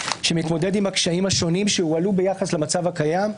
שמתמודד עם הקשיים השונים שהועלו ביחס למצב הקיים,